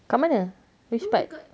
dekat mana which part